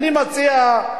אני מציע,